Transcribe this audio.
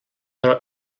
però